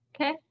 Okay